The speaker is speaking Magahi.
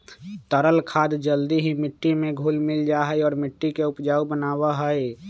तरल खाद जल्दी ही मिट्टी में घुल मिल जाहई और मिट्टी के उपजाऊ बनावा हई